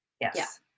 Yes